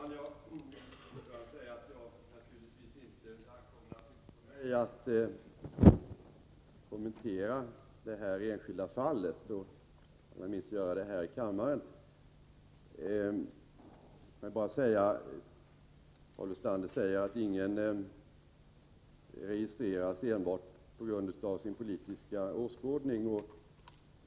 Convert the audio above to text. Fru talman! Jag vill säga att det ankommer naturligtvis inte på mig att kommentera det enskilda fallet, allra minst att göra det här i kammaren. Paul Lestander säger att ingen registreras enbart på grund av sin politiska åskådning.